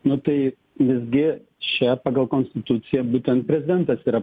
nu tai visgi čia pagal konstituciją būtent prezidentas yra